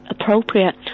appropriate